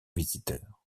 visiteur